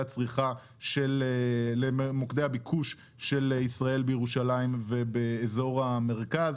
הצריכה של מוקדי הביקוש של ישראל בירושלים ובאזור המרכז.